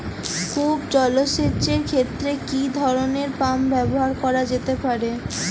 কূপ জলসেচ এর ক্ষেত্রে কি ধরনের পাম্প ব্যবহার করা যেতে পারে?